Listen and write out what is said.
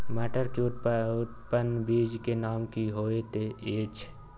मटर के उन्नत बीज के नाम की होयत ऐछ?